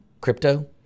crypto